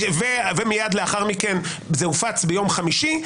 ומיד לאחר מכן זה הופץ ביום חמישי,